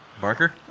Barker